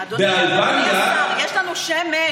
יש לנו שמש.